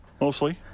mostly